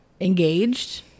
engaged